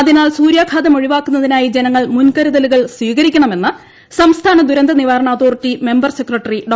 അതിനാൽ സൂര്യാഘാതം ഒഴിവാക്കുന്നതിനായി ജനങ്ങൾ മുൻകരുതലുകൾ സ്വീകരിക്കണമെന്ന് സംസ്ഥാന ദുരന്തനിവാരണ അതോറിറ്റി മെമ്പർ സെക്രട്ടറി ഡോ